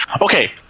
Okay